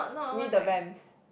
we the vamps